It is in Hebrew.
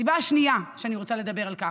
הסיבה השנייה שאני רוצה לדבר על כך,